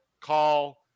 call